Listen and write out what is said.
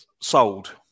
sold